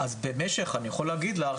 אז במשך אני יכול להגיד לך,